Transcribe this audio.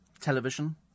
television